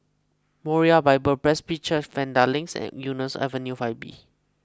Moriah Bible Presby Church Vanda Link and Eunos Avenue five B